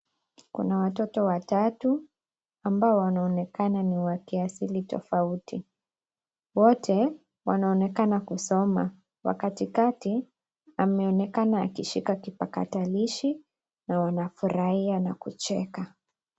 Kuna watoto watatu ambao wanaonekana ni wa kiasili tofauti. Wote wanaonekana kusoma. Wa katikati ameonekana akishika kipakatalishi na wanafurahia na kucheka.